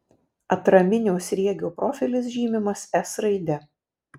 atraminio sriegio profilis žymimas s raide